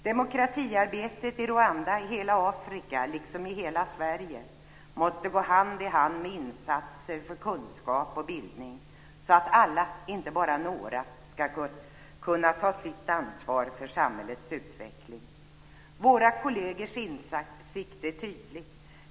Demokratiarbetet i Rwanda, i hela Afrika, liksom i Sverige måste gå hand i hand med insatser för kunskap och bildning så att alla, inte bara några, ska kunna ta sitt ansvar för samhällets utveckling. Våra kollegers insikt är tydlig.